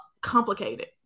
complicated